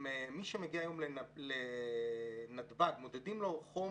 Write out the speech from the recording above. מי שמגיע הים לנתב"ג, מודדים לו חום